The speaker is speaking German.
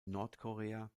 nordkorea